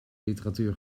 literatuur